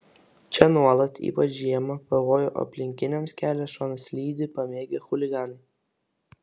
čia nuolat ypač žiemą pavojų aplinkiniams kelia šonaslydį pamėgę chuliganai